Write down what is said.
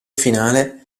finale